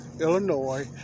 Illinois